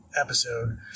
episode